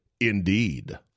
Indeed